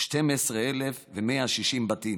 12,160 בתים.